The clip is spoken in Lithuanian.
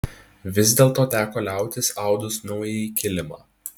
vis dėlto teko liautis audus naująjį kilimą